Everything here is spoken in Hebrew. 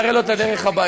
נראה לו את הדרך הביתה.